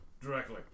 directly